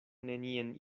nenien